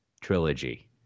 Trilogy